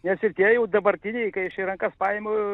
nes ir tie jau dabartiniai kai aš į rankas paimu